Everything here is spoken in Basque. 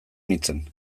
nintzen